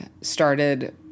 started